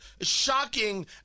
shocking